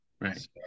right